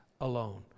alone